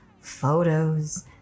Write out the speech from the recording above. photos